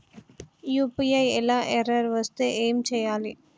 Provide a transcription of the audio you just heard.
UPI లా error వస్తే ఏం చేయాలి?